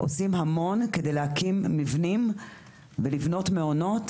עושים המון כדי להקים מבנים ולבנות מעונות,